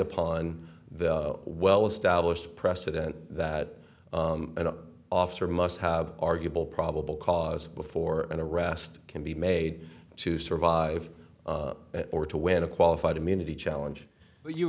upon the well established precedent that an officer must have arguable probable cause before and arrest can be made to survive or to win a qualified immunity challenge you